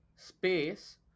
space